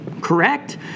correct